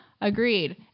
agreed